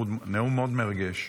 נאום מאוד מאוד מרגש.